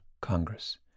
Congress